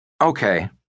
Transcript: Okay